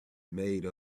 made